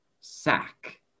Sack